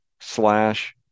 Slash